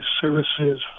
services